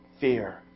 fear